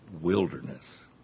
wilderness